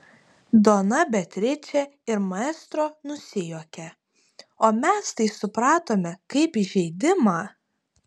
dona beatričė ir maestro nusijuokė o mes tai supratome kaip įžeidimą